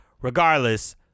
regardless